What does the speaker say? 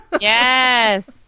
Yes